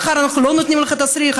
מחר אנחנו לא נותנים לך תסריך,